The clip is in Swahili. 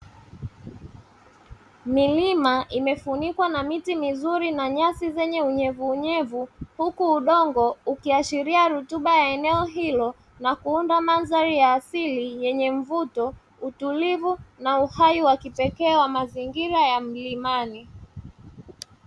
Milima imefunikwa na miti mizuri na nyasi zenye unyevunyevu huku udongo ikiashiria rutuba ya eneo hilo na kuunda mandhali ya asili yenye mvuto utilivu na uhai pekee ha mazingira ya mlimani.